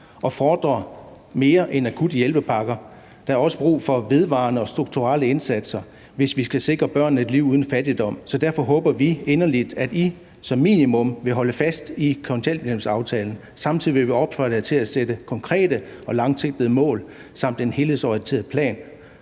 og fordrer mere end akutte hjælpepakker. Der er også brug for vedvarende og strukturelle indsatser, hvis vi skal sikre børnene et liv uden fattigdom. Så derfor håber vi inderligt, at I som minimum vil holde fast i kontanthjælpsaftalen. Samtidig vil vi opfordre jer til at sætte konkrete og langsigtede mål samt en helhedsorienteret plan